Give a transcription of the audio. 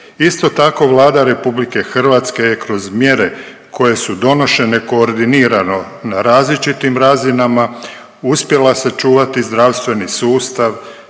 Isto tako, Vlada RH je kroz mjere koje su donošene koordinirano na različitim razinama uspjela sačuvati zdravstveni sustav,